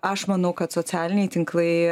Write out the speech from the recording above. aš manau kad socialiniai tinklai